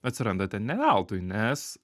atsiranda ten ne veltui nes